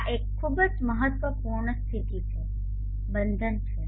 આ એક ખૂબ જ મહત્વપૂર્ણ સ્થિતિ છે બંધન છે